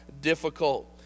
difficult